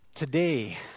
Today